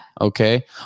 Okay